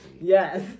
Yes